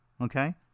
okay